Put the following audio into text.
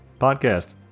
podcast